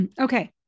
Okay